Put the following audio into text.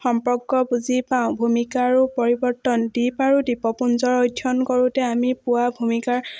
সম্পৰ্ক বুজি পাওঁ ভূমিকা আৰু পৰিৱৰ্তন দ্বীপ আৰু দ্বীপপুঞ্জৰ অধ্যয়ন কৰোঁতে আমি পোৱা ভূমিকাৰ